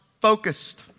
focused